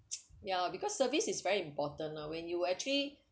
ya because service is very important lah when you actually